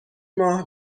ماه